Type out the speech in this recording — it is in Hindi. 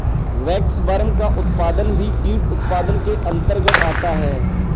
वैक्सवर्म का उत्पादन भी कीट उत्पादन के अंतर्गत आता है